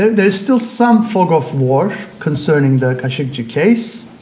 there's still some fog of war concerning the khashoggi case.